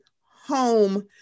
home